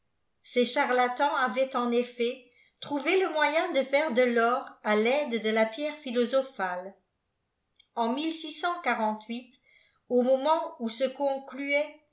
ces charlatans avaient en effet trolivé le moyen de faire de l'or à l'aide de la pierre philosophale l en au moment où se